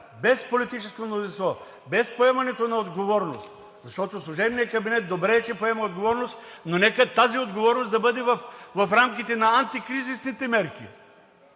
без политическо мнозинство, без поемането на отговорност, защото служебният кабинет добре е, че поема отговорност, но нека тази отговорност да бъде в рамките на антикризисните мерки,